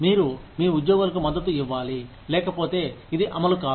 మీరు మీ ఉద్యోగులకు మద్దతు ఇవ్వాలి లేకపోతే ఇది అమలు కాదు